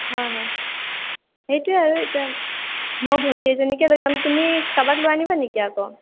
হয় হয় সেইটোৱেই আৰু এতিয়া মই ভণ্টী এজনীকে লৈ যাম তুমি কাবাক লৈ আনিবা নেকি আকৌ